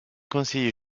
conseiller